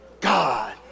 God